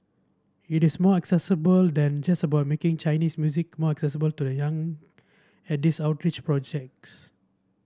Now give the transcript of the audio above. it is more accessible than just about making Chinese music more accessible to the young at these outreach projects